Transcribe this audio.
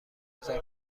هزار